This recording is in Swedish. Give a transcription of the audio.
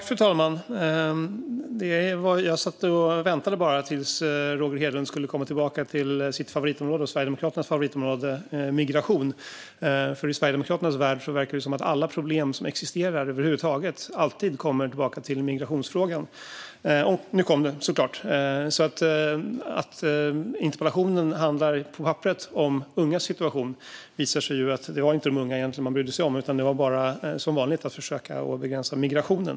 Fru talman! Jag stod bara och väntade på att Roger Hedlund skulle komma tillbaka till sitt och Sverigedemokraternas favoritområde, alltså migration. I Sverigedemokraternas värld verkar det som att alla problem som existerar över huvud taget alltid har att göra med migrationsfrågan. Och nu kom det, såklart. På papperet handlar interpellationen om ungas situation, men det visar sig att det egentligen inte är de unga man bryr sig om utan att man som vanligt försöker begränsa migrationen.